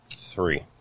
three